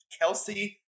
Kelsey